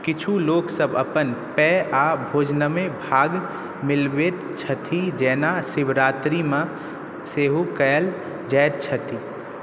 किछु लोकसभ अपन पेय आओर भोजनमे भाँग मिलबैत छथि जेना शिवरात्रिमे सेहो कएल जाइत अछि